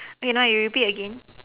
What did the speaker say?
okay now you repeat again